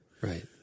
Right